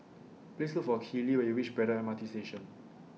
Please Look For Keeley when YOU REACH Braddell M R T Station